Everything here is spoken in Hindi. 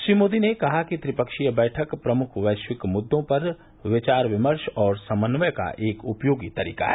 श्री मोदी ने कहा कि त्रिपक्षीय बैठक प्रमुख वैश्विक मुद्दों पर विचार विमर्श और समन्वय का एक उपयोगी तरीका है